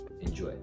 enjoy